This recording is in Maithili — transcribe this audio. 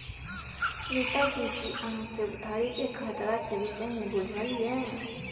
रीता जी कि अहाँक उधारीक खतराक विषयमे बुझल यै?